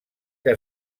que